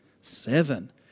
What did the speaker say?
Seven